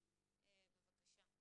בבקשה.